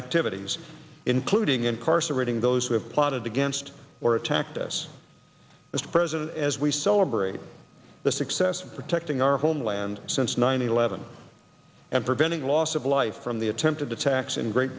activities including incarcerating those who have plotted against or attacked us mr president as we celebrate the success of protecting our homeland since nine eleven and preventing loss of life from the attempted attacks in great